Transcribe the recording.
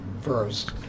first